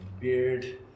Beard